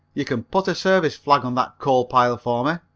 you can put a service flag on that coal pile for me.